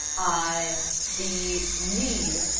ah the need